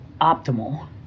optimal